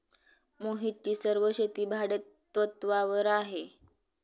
मोहितची सर्व शेती भाडेतत्वावर आहे